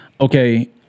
okay